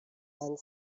and